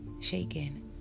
shaken